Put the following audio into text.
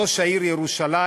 ראש העיר ירושלים,